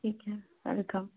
ठीक है और बताओ